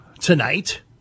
tonight